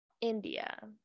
India